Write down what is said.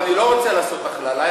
ואני לא רוצה לעשות הכללה,